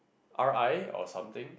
RI or something